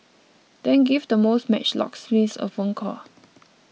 then give the most matched locksmiths a phone call